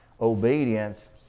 obedience